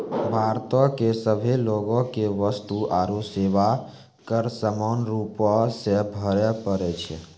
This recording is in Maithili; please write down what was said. भारतो के सभे लोगो के वस्तु आरु सेवा कर समान रूपो से भरे पड़ै छै